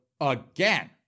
again